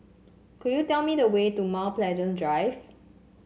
could you tell me the way to Mount Pleasant Drive